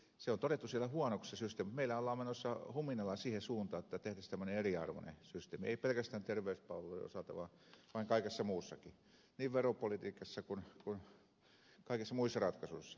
se systeemi on todettu siellä huonoksi mutta meillä ollaan menossa huminalla siihen suuntaan että tehtäisiin tämmöinen eriarvoinen systeemi ei pelkästään terveyspalveluiden osalta vaan kaikessa muussakin niin veropolitiikassa kuin kaikissa muissa ratkaisuissa